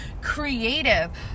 creative